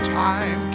time